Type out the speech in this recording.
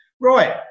Right